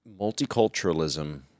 Multiculturalism